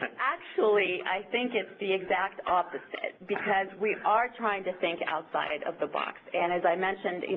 actually, i think it's the exact opposite because we are trying to think outside of the box, and as i mentioned,